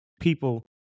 People